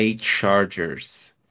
Chargers